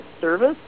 service